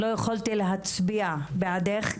אני לא יכולתי להצביע בעדך,